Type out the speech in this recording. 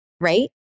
right